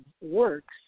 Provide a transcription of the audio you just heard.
works